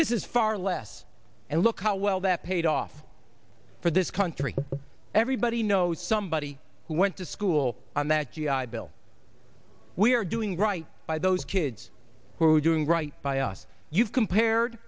this is far less and look how well that paid off for this country everybody knows somebody who went to school on that g i bill we are doing right by those kids who are doing right by us you've compared